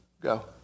Go